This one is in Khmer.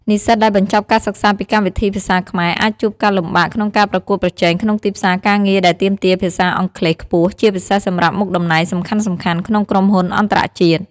និស្សិតដែលបញ្ចប់ការសិក្សាពីកម្មវិធីភាសាខ្មែរអាចជួបការលំបាកក្នុងការប្រកួតប្រជែងក្នុងទីផ្សារការងារដែលទាមទារភាសាអង់គ្លេសខ្ពស់ ជាពិសេសសម្រាប់មុខតំណែងសំខាន់ៗក្នុងក្រុមហ៊ុនអន្តរជាតិ។